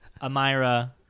Amira